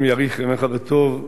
השם יאריך ימיך לטוב,